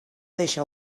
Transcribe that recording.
deixa